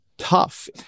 tough